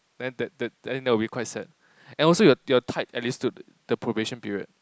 then then then then that will be quite sad and also you you are tied at least to the probation period